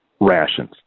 rations